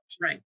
Right